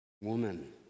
Woman